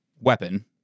weapon